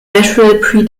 nashville